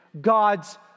God's